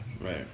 right